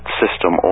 system